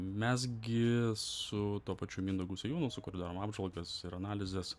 mes gi su tuo pačiu mindaugu sėjūnu su kuriuo darom apžvalgas ir analizes